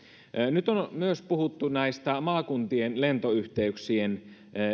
nyt on myös puhuttu tästä maakuntien lentoyhteyksien